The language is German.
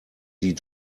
die